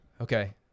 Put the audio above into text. Okay